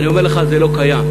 אני אומר לך שזה לא קיים.